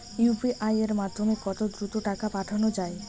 UPI এর মাধ্যমে কত দ্রুত টাকা পাঠানো যায়?